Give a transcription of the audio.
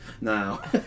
Now